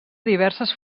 diverses